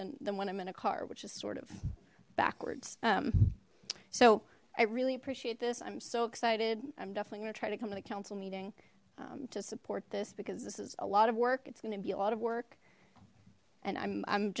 bike then when i'm in a car which is sort of backwards um so i really appreciate this i'm so excited i'm definitely gonna try to come to the council meeting to support this because this is a lot of work it's gonna be a lot of work and i'm